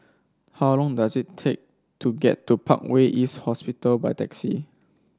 how long does it take to get to Parkway East Hospital by taxi